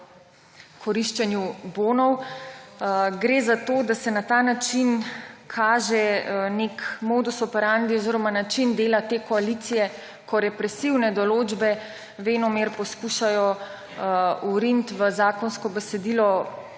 koriščenju bonov. Gre za to, da se na ta način kaže nek modus operandi oziroma način dela te koalicije, ko represivne določbe venomer poskušajo vrniti v zakonsko besedilo